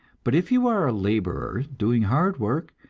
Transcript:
but if you are a laborer doing hard work,